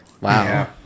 Wow